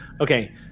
Okay